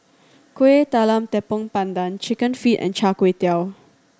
Kuih Talam Tepong Pandan Chicken Feet and Char Kway Teow